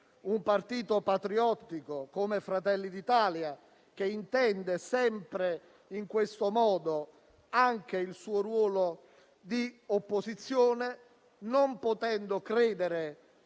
un partito patriottico come Fratelli d'Italia, che intende sempre in questo modo anche il suo ruolo di opposizione, non potendo credere